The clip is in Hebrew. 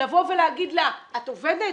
לבוא ולהגיד לה את עובדת?